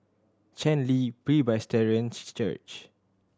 Chen Li Presbyterian Church